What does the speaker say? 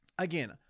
Again